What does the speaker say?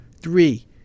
Three